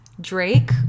Drake